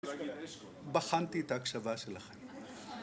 בחנתי את ההקשבה שלכם